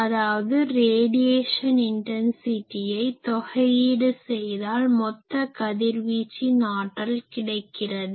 அதாவது ரேடியேஷன் இன்டன்சிட்டியை தொகையீடு செய்தால் மொத்த கதிர்வீச்சின் ஆற்றல் கிடைக்கிறது